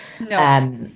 No